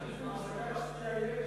זה לא הגיוני,